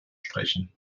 sprechen